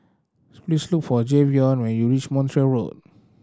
please look for Jayvion when you reach Montreal Road